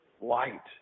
light